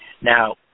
Now